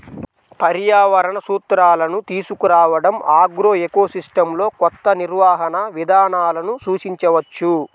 పర్యావరణ సూత్రాలను తీసుకురావడంఆగ్రోఎకోసిస్టమ్లోకొత్త నిర్వహణ విధానాలను సూచించవచ్చు